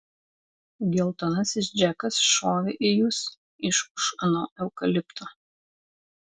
geltonasis džekas šovė į jus iš už ano eukalipto